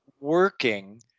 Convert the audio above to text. working